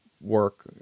work